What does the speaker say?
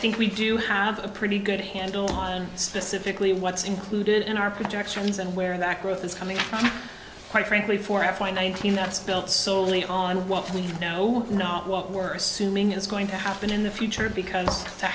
think we do have a pretty good handle on specifically what's included in our projections and where that growth is coming quite frankly for f one nineteen that's built solely on what we know not what we're assuming is going to happen in the future because to